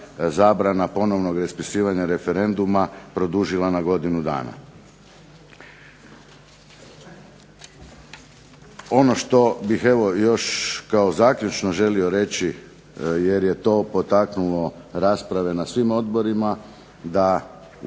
zabrana ponovnog raspisivanja referenduma produžila na godinu dana. Ono što bih evo još kao zaključno želio reći jer je to potaknulo rasprave na svim odborima, da